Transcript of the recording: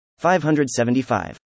575